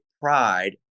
pride